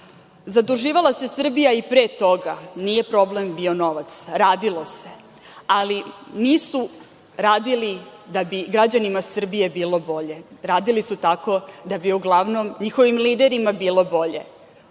stranka. Zaduživala se Srbija i pre toga, nije problem bio novac, radilo se, ali nisu radili da bi građanima Srbije bilo bolje, radili su tako da bi uglavnom njihovim liderima bilo bolje.